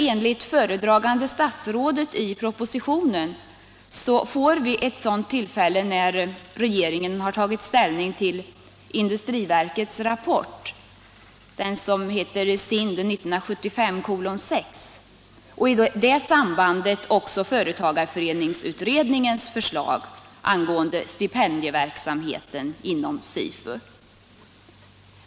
Enligt föredragande statsrådet får vi ett sådant tillfälle när regeringen tagit ställning till industriverkets rapport SIND 1975:6 och i samband därmed företagareföreningsutredningens förslag angående stipendieverksamheten inom SIFU.